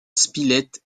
spilett